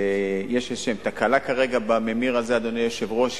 שיש להן תקלה כרגע בממיר הזה, אדוני היושב-ראש.